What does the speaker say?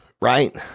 right